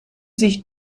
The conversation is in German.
sich